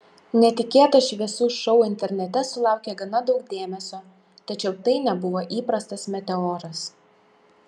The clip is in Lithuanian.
netikėtas šviesų šou internete sulaukė gana daug dėmesio tačiau tai nebuvo įprastas meteoras